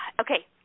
Okay